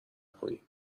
کنیم